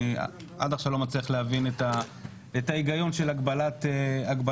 אני עד עכשיו לא מצליח להבין את ההיגיון של הגבלת כהונה.